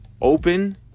open